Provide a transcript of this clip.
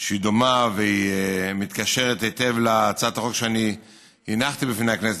שדומה ומתקשרת היטב להצעת החוק שהנחתי בפני הכנסת,